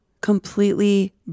completely